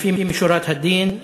לפנים משורת הדין,